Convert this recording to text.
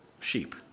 sheep